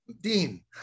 Dean